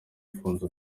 ifunze